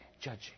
judging